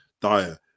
diet